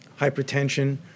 hypertension